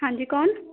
ਹਾਂਜੀ ਕੌਣ